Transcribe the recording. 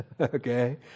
okay